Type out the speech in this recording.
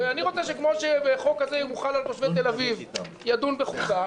ואני רוצה שכמו שחוק כזה אם יוחל על תושבי תל אביב ידון בחוקה,